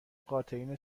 قاتلین